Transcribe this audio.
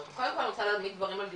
קודם כל אני רוצה להעמיד דברים על דיוקם,